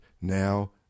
now